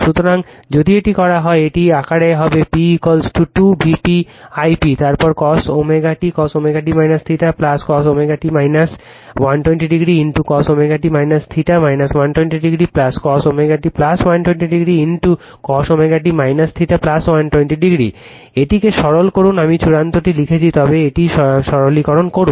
সুতরাং যদি এটি করা হয় এটি এই আকারে হবে p 2 Vp I p তারপর cos ω t cos ω t θ cos ω t 120 o cos ω t θ 120 o cos ω t 120 o cos ω t θ 120 o এটিকে সরল করুন আমি চূড়ান্তটি লিখেছি তবে এটিকে সরলীকরণ করুন